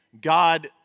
God